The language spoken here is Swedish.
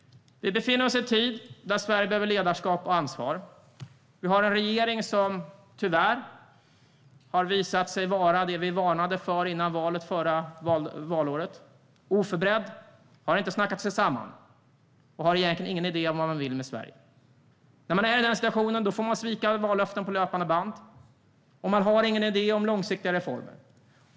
Vi befinner oss i en tid där Sverige behöver ledarskap och ansvar. Vi har en regering som tyvärr har visat sig vara det vi varnade för före valet; den är oförberedd, har inte snackat sig samman och har egentligen ingen idé om vad den vill med Sverige. När man är i den situationen får man svika vallöften på löpande band, och man har ingen idé om långsiktiga reformer.